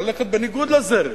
ללכת בניגוד לזרם?